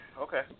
Okay